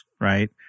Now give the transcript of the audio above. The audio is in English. right